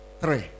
Three